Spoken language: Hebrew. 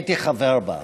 הייתי חבר בה.